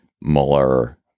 Mueller